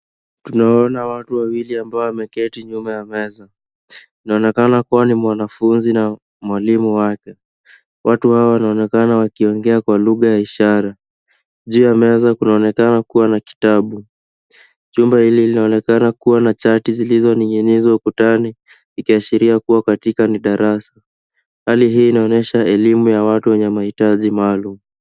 Tunawaona watu wawili ambao wameketi nyuma ya meza. Inaonekana kuwa ni mwanafunzi na mwalimu wake. Watu hawa wanaonekana wakiongea kwa lugha ya ishara. Juu ya meza kunaonekana kuwa na kitabu. Jumba hili linaonekana kuwa na chati zilizoning'inizwa ukutani ikiashiria kuwa ni katika ni darasa. Hali hii inaonyesha elimu ya watu wenye mahitaji maalum.